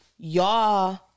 Y'all